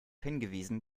hingewiesen